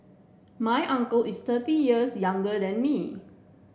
my uncle is thirty years younger than me